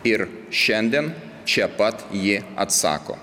ir šiandien čia pat ji atsako